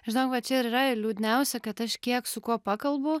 žinok va čia ir yra liūdniausia kad aš kiek su kuo pakalbu